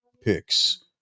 picks